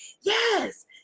yes